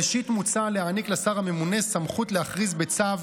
ראשית, מוצע להעניק לשר הממונה סמכות להכריז בצו